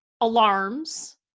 alarms